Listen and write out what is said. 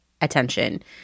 attention